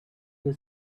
you